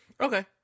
okay